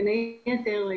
בין היתר,